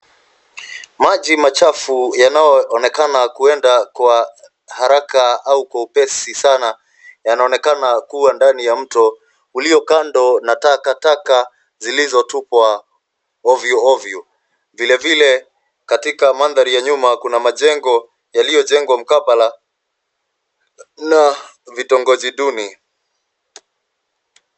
Maji machafu yanayoonekana kuenda kwa haraka au kwa upesi sana, yanaonekana kuwa ndani ya mto ulio kando na takataka zilizotupwa ovyo. Vilevile, katika mandhari ya nyuma kuna majengo yaliyojengwa mkabala na vitongoji duni.